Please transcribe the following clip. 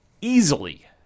easily